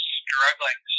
struggling